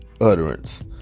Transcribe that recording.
utterance